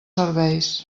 serveis